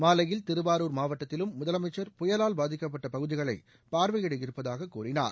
மாலையில் திருவாரூர் மாவட்டத்திலும் முதலமைச்சர் புயலால் பாதிக்கப்பட்ட பகுதிகளை பார்வையிட இருப்பதாக கூறினார்